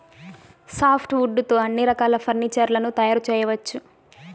soft wood తో అన్ని రకాల ఫర్నీచర్ లను తయారు చేయవచ్చు